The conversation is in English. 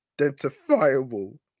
identifiable